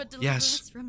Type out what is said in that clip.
Yes